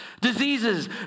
diseases